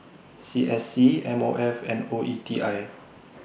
C S C M O F and O E T I